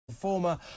former